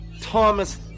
Thomas